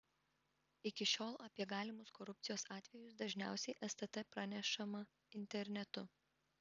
iki šiol apie galimus korupcijos atvejus dažniausiai stt pranešama internetu